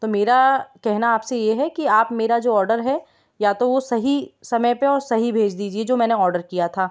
तो मेरा कहना आप से ये है कि आप मेरा जो ऑडर है या तो वो सही समय पे और सही भेज दीजिए जो मैंने ऑडर किया था